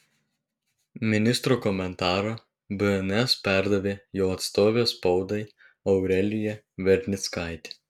ministro komentarą bns perdavė jo atstovė spaudai aurelija vernickaitė